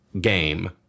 game